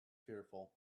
fearful